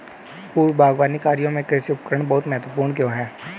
पूर्व बागवानी कार्यों में कृषि उपकरण बहुत महत्वपूर्ण क्यों है?